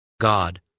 God